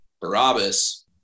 Barabbas